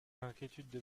inquiétudes